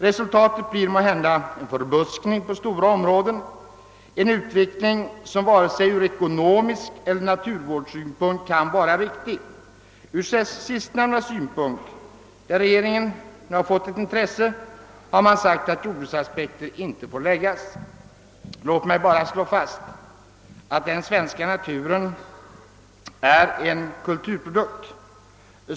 Resultatet blir månhända en förbuskning av stora områden — en utveckling som varken från ekonomisk eller från naturvårdande synpunkt kan vara riktig. I det sistnämnda avseendet, där regeringen nu har börjat visa intresse, har det sagts att jordbruksaspekter inte får anläggas. Låt mig bara slå fast att den svenska naturen är en kulturprodukt!